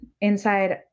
inside